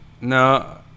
No